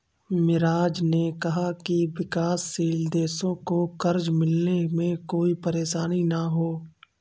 मिराज ने कहा कि विकासशील देशों को कर्ज मिलने में कोई परेशानी न हो